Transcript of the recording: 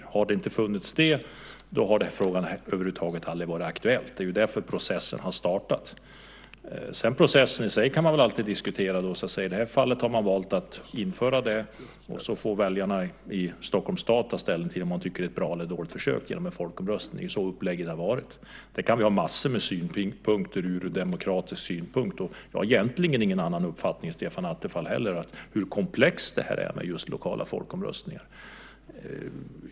Om det inte hade funnits det hade frågan över huvud taget aldrig varit aktuell. Det är ju därför processen har startat. Men man kan ju alltid diskutera processen i sig. I det här fallet har man valt att införa det, och så får väljarna i Stockholms stad ta ställning till om de tycker att det är ett bra eller ett dåligt beslut genom en folkomröstning. Det är så upplägget har varit. Vi kan ha massor av synpunkter på det ur en demokratisk synvinkel, och jag har egentligen ingen annan uppfattning än Stefan Attefall när det gäller hur komplext det är med lokala folkomröstningar.